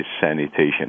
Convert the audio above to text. sanitation